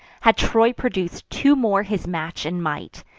had troy produc'd two more his match in might,